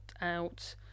out